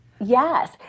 Yes